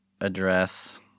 address